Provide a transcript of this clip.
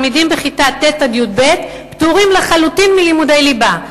תלמידים בכיתה ט' עד י"ב פטורים לחלוטין מלימודי ליבה.